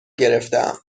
گرفتهام